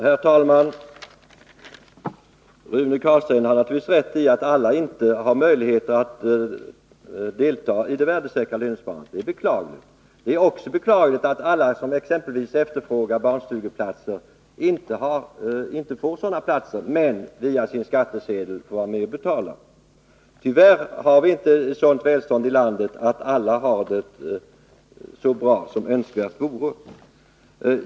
Herr talman! Rune Carlstein har naturligtvis rätt i att alla inte har möjlighet att delta i det värdesäkra lönsparandet. Det är beklagligt. Det är också beklagligt att inte alla som t.ex. efterfrågar barnstugeplatser kan få sådana platser men via sin skattsedel är med och betalar. Tyvärr har vi inte ett sådant välstånd i landet att alla har det så bra som önskvärt vore.